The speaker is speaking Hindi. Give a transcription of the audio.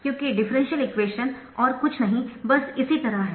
क्योंकि डिफरेंशियल इक्वेशन और कुछ नहीं बस इसी तरह है